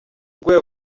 google